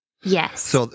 Yes